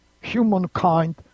humankind